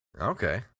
Okay